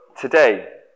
today